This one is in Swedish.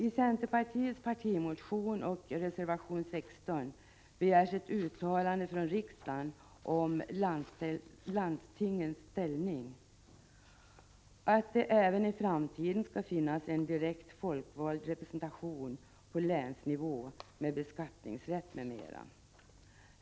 I centerpartiets partimotion och reservation 16 begärs ett uttalande från riksdagen om landstingens ställning och om att det även i framtiden skall finnas en direkt folkvald representation på länsnivå med beskattningsrätt m.m.